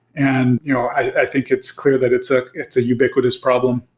and you know i think it's clear that it's ah it's a ubiquitous problem.